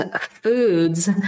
foods